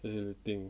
that's the thing